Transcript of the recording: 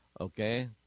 Okay